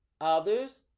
others